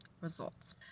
results